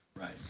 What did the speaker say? Right